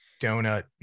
donut